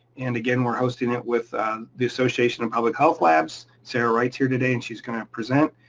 and again, we're hosting it with the association of public health labs. sarah wright's here today and she's gonna present.